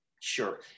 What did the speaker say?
Sure